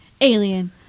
Alien